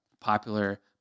popular